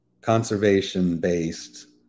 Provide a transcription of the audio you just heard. conservation-based